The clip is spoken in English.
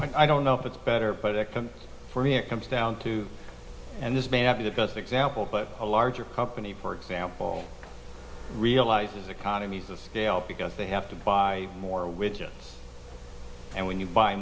i don't know if it's better for me it comes down to and this may not be the best example but a larger company for example realize economies of scale because they have to buy more which are and when you buy